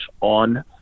on